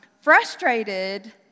frustrated